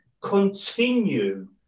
continue